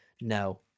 No